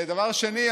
דבר שני,